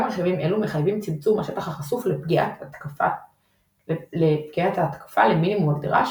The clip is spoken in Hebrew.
גם רכיבים אלו מחייבים צמצום השטח החשוף לפגיעת התקפה למינימום הנדרש